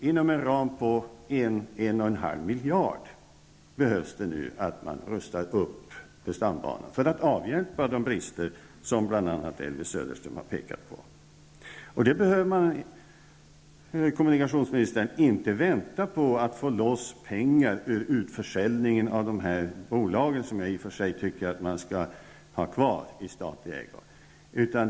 1--1,5 miljard behövs för att rusta upp stambanan, för att avhjälpa de brister som bl.a. Elvy Söderström har pekat på. Man behöver inte, herr kommunikationsminister, vänta på att få loss pengar genom utförsäljning av bolagen, som jag i och för sig tycker skall vara kvar i statlig ägo.